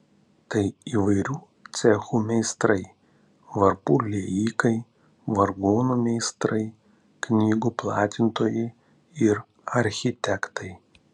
tai įvairių cechų meistrai varpų liejikai vargonų meistrai knygų platintojai ir architektai